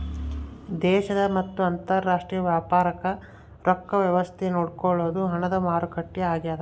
ದೇಶದ ಮತ್ತ ಅಂತರಾಷ್ಟ್ರೀಯ ವ್ಯಾಪಾರಕ್ ರೊಕ್ಕ ವ್ಯವಸ್ತೆ ನೋಡ್ಕೊಳೊದು ಹಣದ ಮಾರುಕಟ್ಟೆ ಆಗ್ಯಾದ